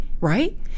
right